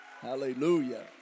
Hallelujah